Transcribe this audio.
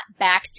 backseat